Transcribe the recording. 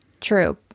True